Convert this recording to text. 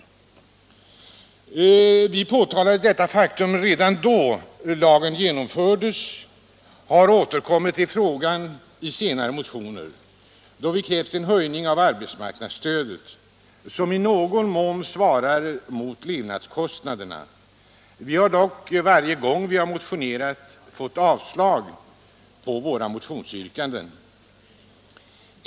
Vi påtalade detta faktum redan när lagen genomfördes och har återkommit till frågan i senare motioner, då vi krävt en höjning av arbetsmarknadsstödet som i någon mån svarar mot levnadskostnaderna. Vi har dock varje gång vi har motionerat fått avslag på våra yrkanden.